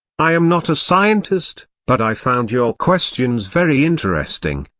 i am not a scientist, but i found your questions very interesting.